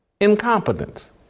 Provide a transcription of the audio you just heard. Incompetence